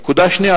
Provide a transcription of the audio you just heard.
נקודה שנייה,